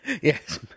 yes